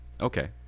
Okay